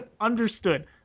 Understood